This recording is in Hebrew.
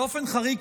באופן חריג,